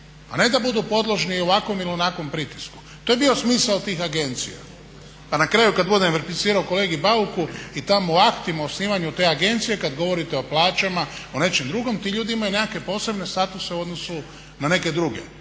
a ne da budu podložni ovakvom ili onakvom pritisku. To je bio smisao tih agencija. A na kraju kad budem replicirao kolegi Bauku i tamo o aktima o osnivanju te agencije kad govorite o plaćama, o nečem drugom, ti ljudi imaju nekakve posebne statuse u odnosu na neke druge.